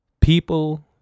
People